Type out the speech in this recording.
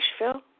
Nashville